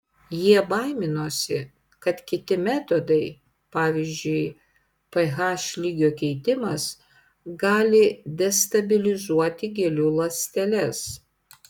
jie baiminosi kad kiti metodai pavyzdžiui ph lygio keitimas gali destabilizuoti gėlių ląsteles